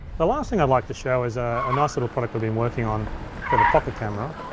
the last thing i'd like to show is a nice little product we been working on for the pocket camera.